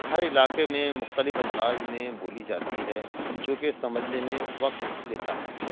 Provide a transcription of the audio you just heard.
ہر علاقے میں مختلف انداز میں بولی جاتی ہے جو کہ سمجھنے میں وقت لیتا ہے